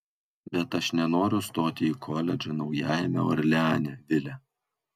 bet aš nenoriu stoti į koledžą naujajame orleane vile